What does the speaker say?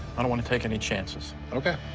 i don't wanna take any chances. okay.